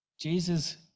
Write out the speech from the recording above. Jesus